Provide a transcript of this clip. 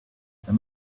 there